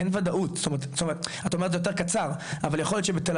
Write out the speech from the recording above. אין וודאות את אומרת יותר קצר אבל יכול להיות שבתל